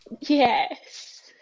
Yes